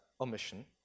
omission